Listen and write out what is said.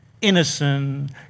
innocent